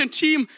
team